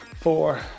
four